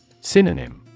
Synonym